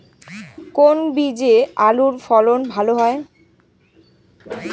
কোন বীজে আলুর ফলন ভালো হয়?